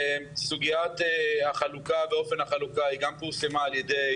סוגיית החלוקה ואופן החלוקה היא גם פורסמה על ידי